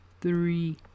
three